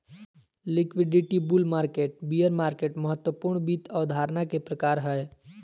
liquidity, bull market, bear market महत्वपूर्ण वित्त अवधारणा के प्रकार हय